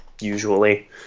usually